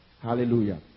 Hallelujah